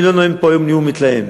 אני לא נואם פה היום נאום מתלהם.